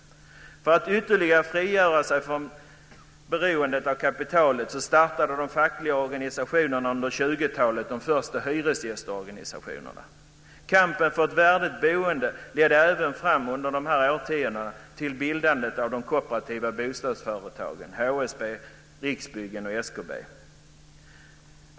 För att ytterligare frigöra sig från beroendet av kapitalet startade de fackliga organisationerna under 1920-talet de första hyresgästorganisationerna. Kampen för ett värdigt boende ledde under dessa årtionden även fram till bildandet av de kooperativa bostadsföretagen, HSB, Riksbyggen och SKB.